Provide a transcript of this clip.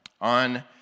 on